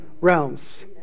realms